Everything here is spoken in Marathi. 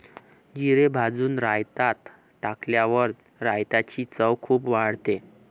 जिरे भाजून रायतात टाकल्यावर रायताची चव खूप वाढते